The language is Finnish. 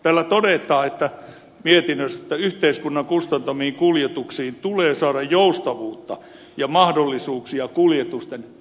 mietinnössä todetaan että yhteiskunnan kustantamiin kuljetuksiin tulee saada joustavuutta ja mahdollisuuksia kuljetusten yhdistämiseen